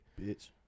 Bitch